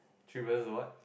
she wear a what